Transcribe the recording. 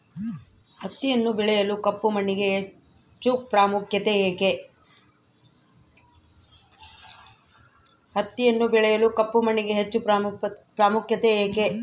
ಹತ್ತಿಯನ್ನು ಬೆಳೆಯಲು ಕಪ್ಪು ಮಣ್ಣಿಗೆ ಹೆಚ್ಚು ಪ್ರಾಮುಖ್ಯತೆ ಏಕೆ?